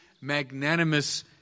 magnanimous